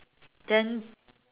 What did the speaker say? then